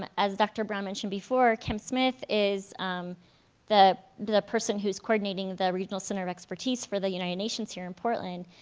as dr. brown mentioned before, kim smith is the the person who's coordinating the regional center of expertise for the united nations here in portland.